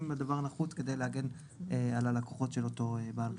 אם הדבר נחוץ כדי להגן על הלקוחות של אותו בעל רישיון.